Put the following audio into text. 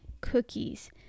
cookies